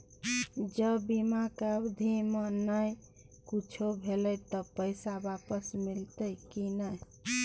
ज बीमा के अवधि म नय कुछो भेल त पैसा वापस मिलते की नय?